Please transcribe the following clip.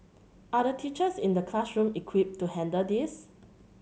are the teachers in the classroom equipped to handle this